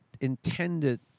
intended